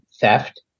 theft